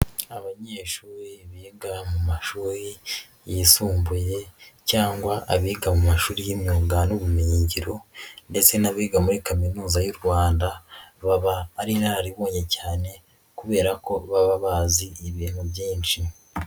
Abanyeshuri biga mu mashuri yisumbuye cyangwa abiga mu mashuri y'imyuga n'ubumenyingiro ndetse n'abiga muri Kaminuza y'u Rwanda baba ari inararibonye cyane kubera ko baba bazi ibintu byinshi.